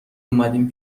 اومدین